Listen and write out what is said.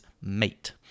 mate